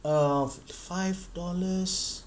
err five dollars